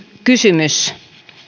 kysymys